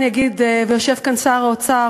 ויושב כאן שר האוצר,